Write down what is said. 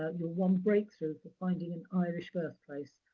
ah your one break-through for finding an irish birth place,